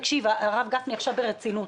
תקשיב, הרב גפני, עכשיו ברצינות.